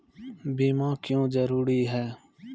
बीमा क्यों जरूरी हैं?